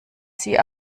sie